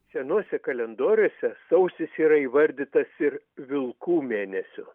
senuose kalendoriuose sausis yra įvardytas ir vilkų mėnesiu